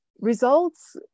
results